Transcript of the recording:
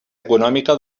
econòmica